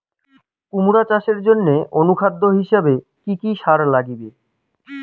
কুমড়া চাষের জইন্যে অনুখাদ্য হিসাবে কি কি সার লাগিবে?